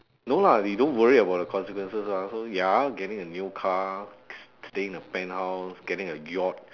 no lah we don't worry about the consequences ah so ya getting a new car staying in a penthouse getting a yacht